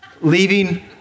leaving